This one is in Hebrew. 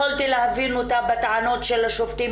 יכולתי להבין אותה בטענות של השופטים,